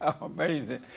Amazing